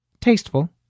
Tasteful